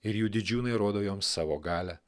ir jų didžiūnai rodo joms savo galią